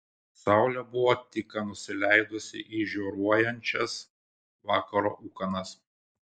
saulė buvo tik ką nusileidusi į žioruojančias vakaro ūkanas